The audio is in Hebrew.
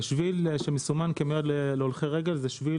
שביל שמסומן כמיועד להולכי רגל זה שביל